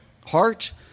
heart